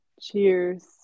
cheers